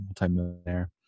multimillionaire